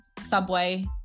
Subway